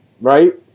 right